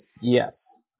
yes